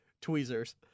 Tweezers